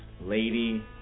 lady